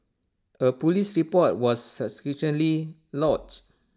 A Police report was subsequently lodged